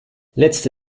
letzte